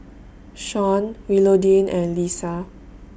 Sean Willodean and Lesa